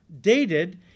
dated